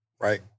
right